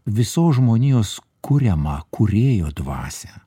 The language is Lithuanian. visos žmonijos kuriamą kūrėjo dvasią